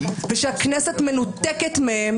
ושהכנסת מנותקת מהם,